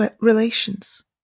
relations